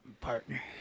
partner